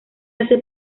hace